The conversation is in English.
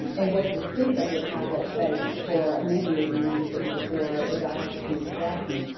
and was the seat of the catholic faith for many years in mississippi before the diocese moved to jackson.